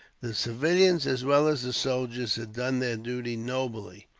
the civilians as well as the soldiers had done their duty nobly,